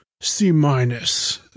C-minus